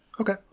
okay